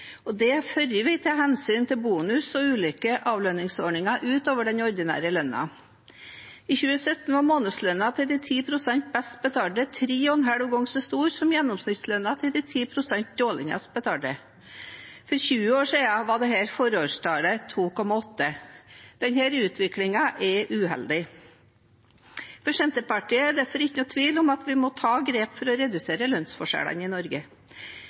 og det før vi tar hensyn til bonus- og ulike avlønningsordninger utover den ordinære lønnen. I 2017 var månedslønnen til de 10 pst. best betalte 3,5 ganger så stor som gjennomsnittslønnen til de 10 pst. dårligst betalte. For 20 år siden var dette forholdstallet 2,8. Denne utviklingen er uheldig. For Senterpartiet er det derfor ingen tvil om at vi må ta grep for å redusere lønnsforskjellene i Norge.